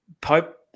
Pope